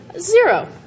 Zero